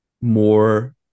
more